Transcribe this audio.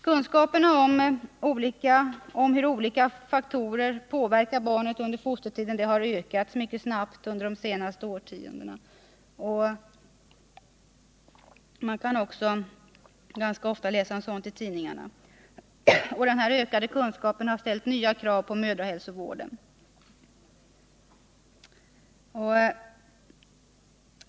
Kunskaperna om hur olika faktorer påverkar barnet under fostertiden har ökats mycket snabbt under de senaste årtiondena. Man kan också ganska ofta läsa om sådant i tidningarna. Denna ökade kunskap har ställt nya krav på mödrahälsovården.